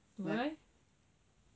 why